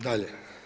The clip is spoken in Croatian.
Dalje.